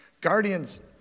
guardian's